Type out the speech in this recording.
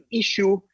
issue